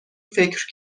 فکر